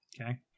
Okay